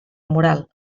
moral